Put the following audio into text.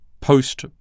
POST